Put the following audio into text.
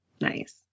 Nice